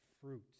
fruit